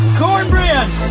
cornbread